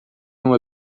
uma